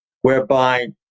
whereby